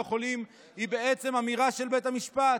החולים היא בעצם אמירה של בתי המשפט,